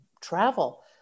travel